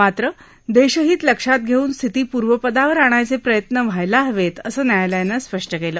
मात्र देशहीत लक्षात घेऊन स्थिती पूर्वपदावर आणायचे प्रयत्न व्हायला हवेत असं न्यायालयानं स्पष्ट केलं